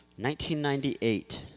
1998